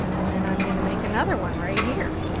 and then i'm going to make another one right here.